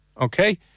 Okay